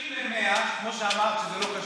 כשמתקשרים ל-100, אמרת שזה לא קשור,